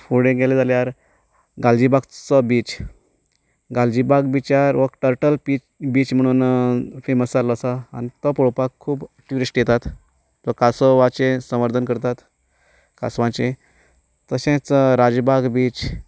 फुडें गेले जाल्यार गालजीबागचो बीच गालजीबाग बीचार हो टर्टल बीच म्हणून फॅमस जाल्लो आसा आनी तो पळोवपाक खूब ट्युरिस्ट येतात तो कांसवाचें संवर्धन करतात कांसवांचें तशेंच राजभाग बीच